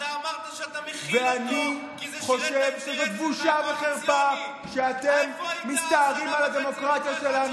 אתה ישבת עם ווליד טאהא והוא קרא לך סוטה.